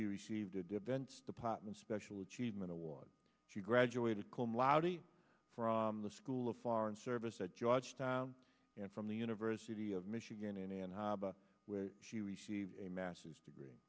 she received the defense department special achievement award she graduated cum loudly from the school of foreign service at georgetown and from the university of michigan in ann harbor where she received a master's degree